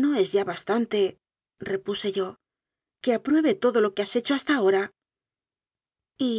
no es ya bastantere puse yoque apruebe todo lo que has hecho has ta ahora y